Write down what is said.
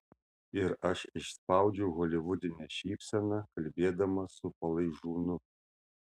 ir aš išspaudžiau holivudinę šypseną kalbėdamas su palaižūnu